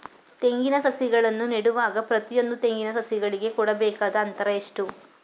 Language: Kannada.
ತೆಂಗಿನ ಸಸಿಗಳನ್ನು ನೆಡುವಾಗ ಪ್ರತಿಯೊಂದು ತೆಂಗಿನ ಸಸಿಗಳಿಗೆ ಕೊಡಬೇಕಾದ ಅಂತರ ಎಷ್ಟು?